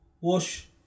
wash